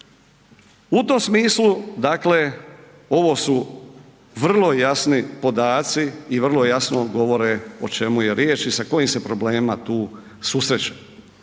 U tom smislu dakle ovo su vrlo jasni podaci i vrlo jasno govore o čemu je riječ i sa kojim se problemima tu susrećemo.